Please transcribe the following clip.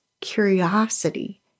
curiosity